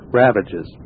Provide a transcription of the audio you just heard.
ravages